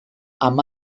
amb